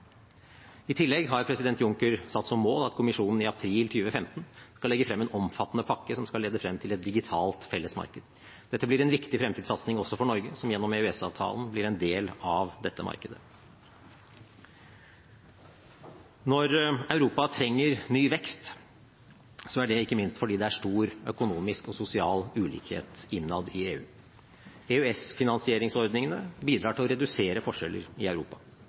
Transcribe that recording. I tillegg har president Juncker satt som mål at kommisjonen i april 2015 skal legge frem en omfattende pakke som skal lede frem til et digitalt fellesmarked. Dette blir en viktig fremtidssatsing også for Norge, som gjennom EØS-avtalen blir en del av dette markedet. Når Europa trenger ny vekst, er det ikke minst fordi det er stor økonomisk og sosial ulikhet innad i EU. EØS-finansieringsordningene bidrar til å redusere forskjeller i Europa.